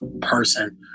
person